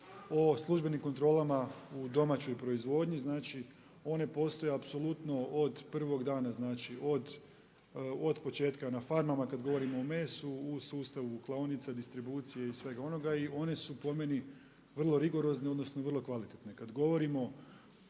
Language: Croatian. o službenim kontrolama u domaćoj proizvodnji, znači one postoje apsolutno od prvog dana od početka na farmama kad govorimo o mesu, u sustavu klaonica, distribucije i svega onoga i one su po meni vrlo rigorozne odnosno vrlo kvalitetne. Kad govorimo